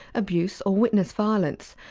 abuse or witness violence,